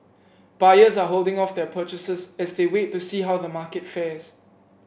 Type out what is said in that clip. buyers are holding off their purchases as they wait to see how the market fares